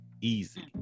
easy